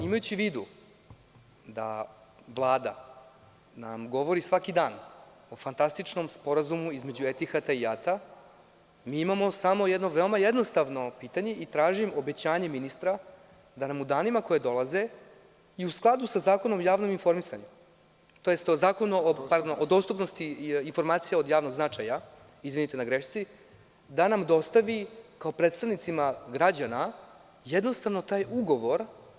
Imajući u vidu da nam Vlada govori svaki dan o fantastičnom Sporazumu između Etihada i JAT, mi imamo samo jedno veoma jednostavno pitanje i tražim obećanje ministra da nam u danima koji dolaze i u skladu sa Zakonom o javnom informisanju, tj. sa Zakonom o dostupnosti informacija od javnog značaja, izvinite na grešci, dostavi kao predstavnicima građana jednostavno taj ugovor.